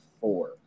four